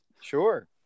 sure